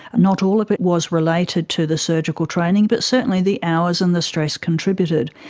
not all of it was related to the surgical training but certainly the hours and the stress contributed.